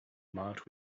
marked